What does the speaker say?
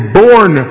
born